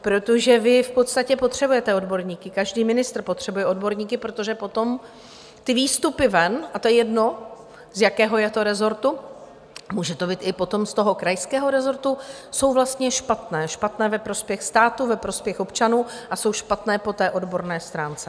Protože vy potřebujete odborníky, každý ministr potřebuje odborníky, protože potom ty výstupy ven a je jedno, z jakého je to rezortu, může to být i potom z toho krajského rezortu jsou vlastně špatné, špatné ve prospěch státu, ve prospěch občanů a jsou špatné po odborné stránce.